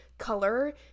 color